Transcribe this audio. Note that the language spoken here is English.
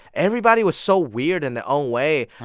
everybody was so weird in their own way.